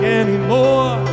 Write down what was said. anymore